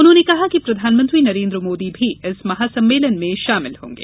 उन्होंने कहा कि प्रधानमंत्री नरेन्द्र मोदी भी इस महासम्मेलन में शामिल होंगे